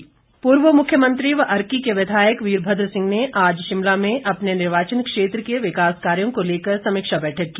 वीरभद्र सिंह पूर्व मुख्यमंत्री व अर्की के विधायक वीरभद्र सिंह ने आज शिमला में अपने निर्वाचन क्षेत्र के विकास कार्य को लेकर समीक्षा बैठक की